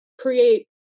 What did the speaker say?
create